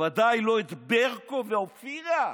בוודאי לא את ברקו ואופירה.